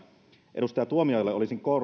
edustaja tuomiojalle olisin